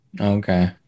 okay